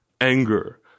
anger